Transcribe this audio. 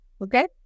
Okay